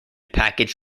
packaged